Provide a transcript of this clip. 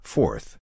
Fourth